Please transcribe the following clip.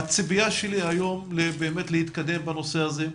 הציפייה שלי היום להתקדם בנושא הזה.